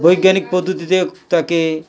বৈজ্ঞানিক পদ্ধতিতে তাকে